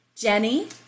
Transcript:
Jenny